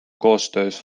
koostöös